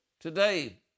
today